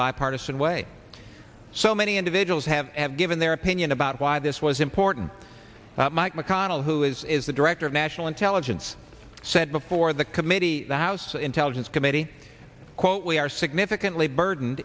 bipartisan way so many individuals have given their opinion about why this was important mike mcconnell who is the director of national intelligence said before the committee the house intelligence committee quote we are significantly burden